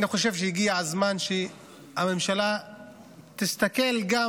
אני חושב שהגיע הזמן שהממשלה תסתכל גם